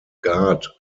guard